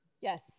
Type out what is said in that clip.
Yes